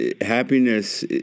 Happiness